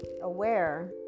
aware